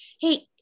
Hey